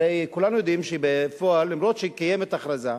הרי כולנו יודעים שבפועל, אף שקיימת הכרזה,